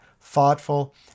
thoughtful